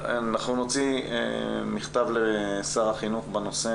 אנחנו נוציא מכתב לשר החינוך בנושא